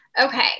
okay